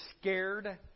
scared